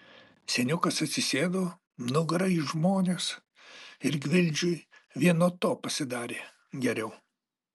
seniukas atsisėdo nugara į žmones ir gvildžiui vien nuo to pasidarė geriau